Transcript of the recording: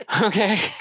Okay